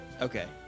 okay